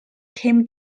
came